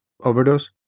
Overdose